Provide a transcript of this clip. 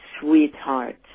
sweetheart